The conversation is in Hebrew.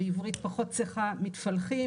בעברית פחות צחה מתפלחים,